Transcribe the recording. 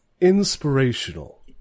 inspirational